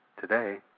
Today